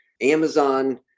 Amazon